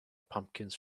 pumpkins